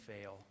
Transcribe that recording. fail